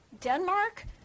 Denmark